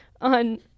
On